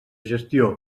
gestió